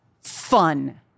fun